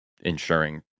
ensuring